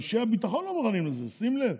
אנשי הביטחון לא מוכנים לזה, שים לב.